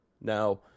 Now